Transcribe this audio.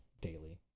daily